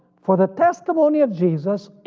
for the testimony of jesus